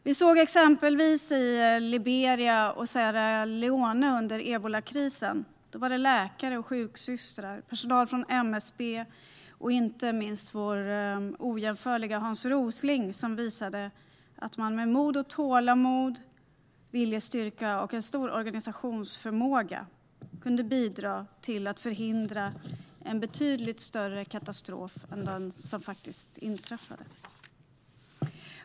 Vi såg det exempelvis i Liberia och Sierra Leone under ebolakrisen. Då var det läkare och sjuksystrar, personal på MSB och inte minst vår ojämförlige Hans Rosling som visade att man med mod, tålamod, viljestyrka och en stor organisationsförmåga kunde bidra till att förhindra en betydligt större katastrof.